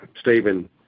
Stephen